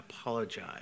apologize